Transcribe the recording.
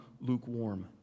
lukewarm